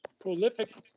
prolific